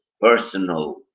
personal